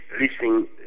listening